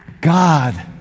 God